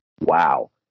wow